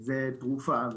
זו תרופה.